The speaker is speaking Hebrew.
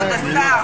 כבוד השר.